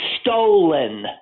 stolen